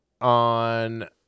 on